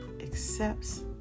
accepts